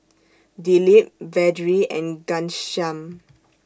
Dilip Vedre and Ghanshyam